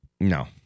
No